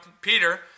Peter